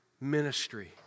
ministry